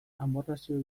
amorrazio